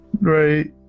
Right